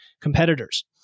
competitors